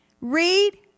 read